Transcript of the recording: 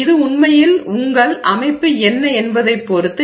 இது உண்மையில் உங்கள் அமைப்பு என்ன என்பதைப் பொறுத்தது